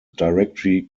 directly